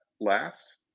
last